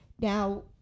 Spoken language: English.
Now